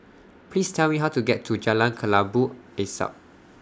Please Tell Me How to get to Jalan Kelabu Asap